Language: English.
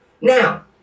Now